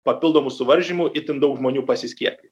papildomų suvaržymų itin daug žmonių pasiskiepyjo